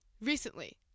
recently